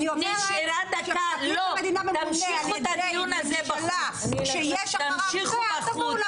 אני אומרת כשפרקליט מדינה פה ממונה על ידי ממשלה כשיש אחריו זה